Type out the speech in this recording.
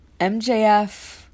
MJF